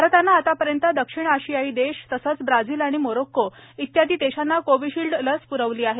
भारताने आतापर्यंत दक्षिण आशियाई देश तसंच ब्राझील आणि मोरोक्को आदी देशांना कोविशिल्ड लस प्रवली आहे